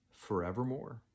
forevermore